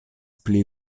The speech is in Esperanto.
pli